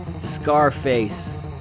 Scarface